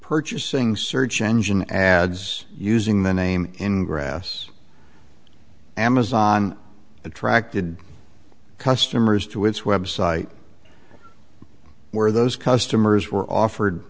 purchasing search engine ads using their name in grass amazon attracted customers to its website where those customers were offered